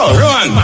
run